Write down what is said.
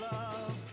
love